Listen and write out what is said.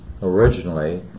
originally